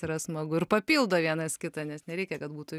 yra smagu ir papildo vienas kitą nes nereikia kad būtų